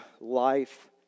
life